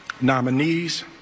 nominees